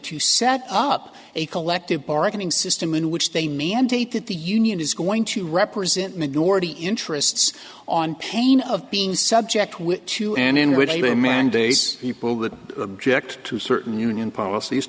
to set up a collective bargaining system in which they mandate that the union is going to represent minority interests on pain of being subject with to and in with a man days people that object to certain union policies